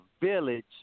village